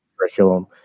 curriculum